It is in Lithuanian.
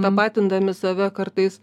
tapatindami save kartais